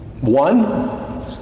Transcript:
One